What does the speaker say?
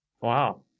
Wow